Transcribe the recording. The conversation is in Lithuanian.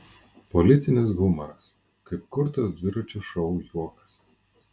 politinis humoras kaip kurtas dviračio šou juokas